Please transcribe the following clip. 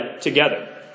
together